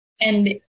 And-